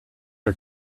are